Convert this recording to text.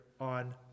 on